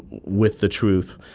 with the truth.